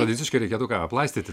tradiciškai reikėtų ką aplaistyti